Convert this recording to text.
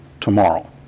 tomorrow